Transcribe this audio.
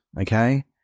okay